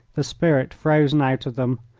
the spirit frozen out of them,